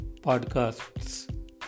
podcasts